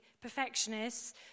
perfectionists